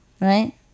right